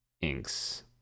Inks